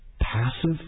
passive